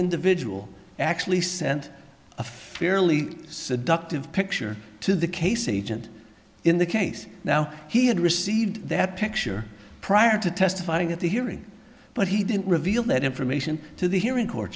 individual actually sent a fairly seductively picture to the case agent in the case now he had received that picture prior to testifying at the hearing but he didn't reveal that information to the hearing court